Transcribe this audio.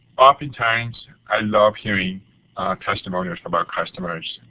oftentimes i love hearing testimonials from our customers.